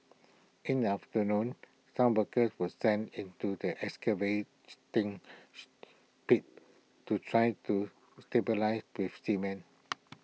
in the afternoon some workers were sent into the excavation pit to try to stabilise with cement